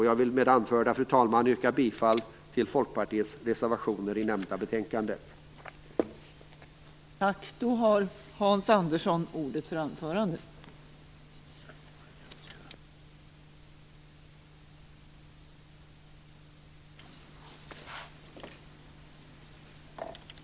Jag vill med anförda, fru talman, yrka bifall till